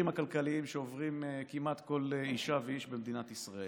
הכלכליים שעוברים כמעט כל אישה ואיש במדינת ישראל,